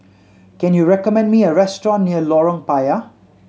can you recommend me a restaurant near Lorong Payah